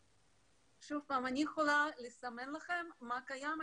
שוב, אני יכולה לספר לכם מה קיים.